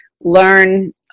learn